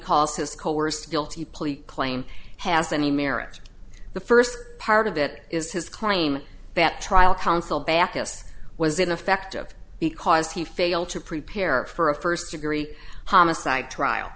calls his coerced guilty plea claim has any merit the first part of it is his claim that trial counsel backus was ineffective because he failed to prepare for a first degree homicide trial